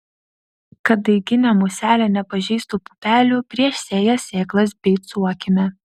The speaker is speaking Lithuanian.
kad daiginė muselė nepažeistų pupelių prieš sėją sėklas beicuokime